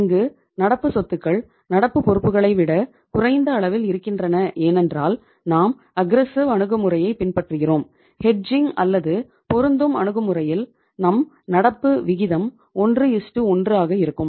இங்கு நடப்பு சொத்துக்கள் நடப்பு பொறுப்புகளை விட குறைந்த அளவில் இருக்கின்றன ஏனென்றால் நாம் அஃகிரெஸ்ஸிவ் அல்லது பொருந்தும் அணுகுமுறையில் நம் நடப்பு விகிதம் 11 ஆக இருக்கும்